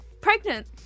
pregnant